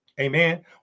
Amen